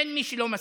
אין מי שלא מסכים.